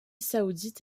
saoudite